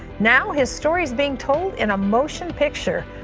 now his story is being told in a motion picture.